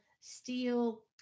steel